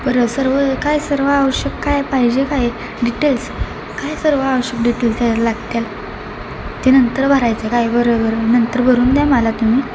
बरं सर्व काय सर्व आवश्यक काय पाहिजे काय डिटेल्स काय सर्व आवश्यक डिटेल्स त्याच्यात लागतील ते नंतर भरायचं आहे काय बरोबर नंतर भरून द्या मला तुम्ही